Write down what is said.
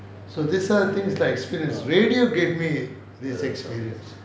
so these are things I experienced radio gave me this experience